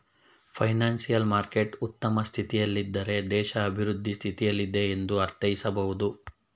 financial market ಉತ್ತಮ ಸ್ಥಿತಿಯಲ್ಲಿದ್ದಾರೆ ದೇಶ ಅಭಿವೃದ್ಧಿ ಸ್ಥಿತಿಯಲ್ಲಿದೆ ಎಂದು ಅರ್ಥೈಸಬಹುದು